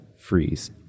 freeze